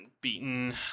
Beaten